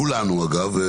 כולנו אגב,